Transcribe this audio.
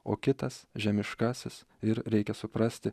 o kitas žemiškasis ir reikia suprasti